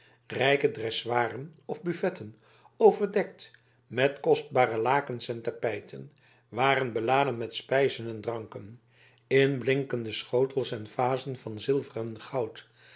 rijke dressoiren of buffetten overdekt met kostbare lakens en tapijten waren beladen met spijzen en dranken in blinkende schotels en vazen van zilver en goud